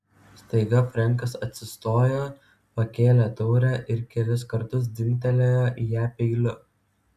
staiga frenkas atsistojo pakėlė taurę ir kelis kartus dzingtelėjo į ją peiliu